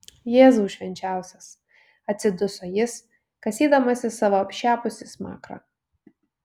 jėzau švenčiausias atsiduso jis kasydamasis savo apšepusį smakrą